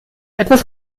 etwas